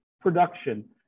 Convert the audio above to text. production